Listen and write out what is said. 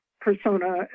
persona